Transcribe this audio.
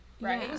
right